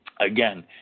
again